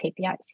KPIs